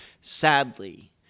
Sadly